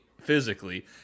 physically